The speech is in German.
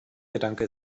gedanke